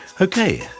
Okay